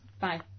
Bye